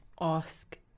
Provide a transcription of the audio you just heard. ask